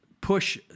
push